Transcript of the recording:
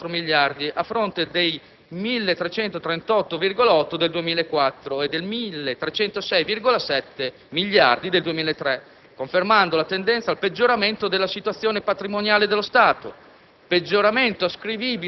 a 1.354 miliardi, a fronte dei 1.338,8 del 2004 e dei 1.306,7 miliardi del 2003, confermando la tendenza al peggioramento della situazione patrimoniale dello Stato,